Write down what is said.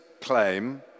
claim